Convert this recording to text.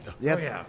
Yes